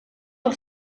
del